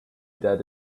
that